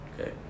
okay